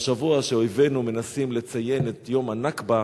בשבוע שאויבינו מנסים לציין את יום הנכבה,